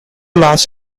last